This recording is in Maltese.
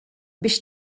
biex